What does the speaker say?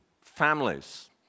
families